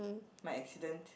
my accident